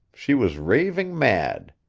she was raving mad.